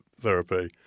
therapy